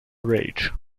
rage